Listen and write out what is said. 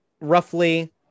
roughly